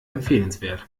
empfehlenswert